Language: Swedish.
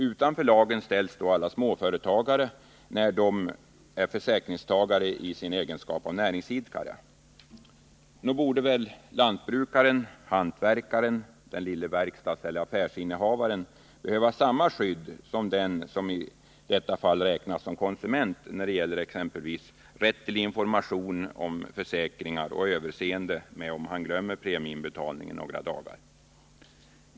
Utanför lagen ställs då alla småföretagare när de är försäkringstagare i egenskap av näringsidkare. Men nog borde väl lantbru 27 karen, hantverkaren, den lille verkstadseller affärsinnehavaren behöva samma skydd som den som i detta fall räknas som konsument när det exempelvis gäller rätt till information om försäkringar och överseende med om han glömmer premiebetalningen några dagar.